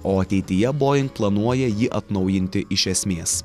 o ateityje boing planuoja jį atnaujinti iš esmės